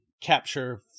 capture